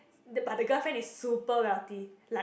the but the girlfriend is super wealthy like